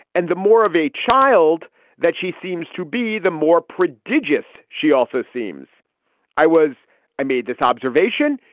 and the more of a child that she seems to be, the more prodigious. she also seems i was i made this observation,